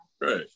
Right